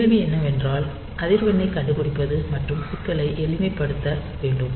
கேள்வி என்னவென்றால் அதிர்வெண்ணைக் கண்டுபிடிப்பது மற்றும் சிக்கலை எளிமைப்படுத்த வேண்டும்